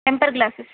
temper glasses